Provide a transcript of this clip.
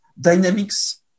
dynamics